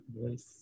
Voice